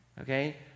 okay